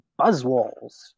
Buzzwalls